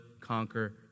conquer